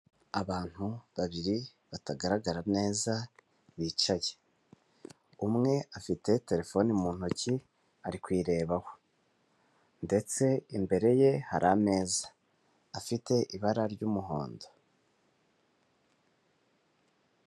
Abantu babiri batagaragara neza bicaye umwe afite telefone mu ntoki ari kuyirebaho ndetse imbere ye hari ameza afite ibara ry'umuhondo.